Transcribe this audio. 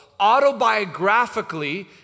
autobiographically